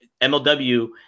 MLW